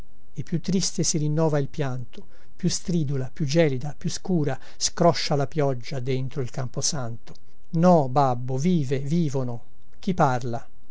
e più triste si rinnova il pianto più stridula più gelida più scura scroscia la pioggia dentro il camposanto no babbo vive vivono chi parla